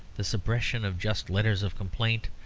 the suppression of just letters of complaint.